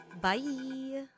bye